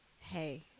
hey